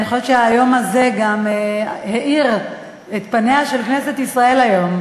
אני חושבת שהיום הזה גם האיר את פניה של כנסת ישראל היום.